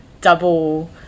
double